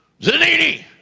Zanini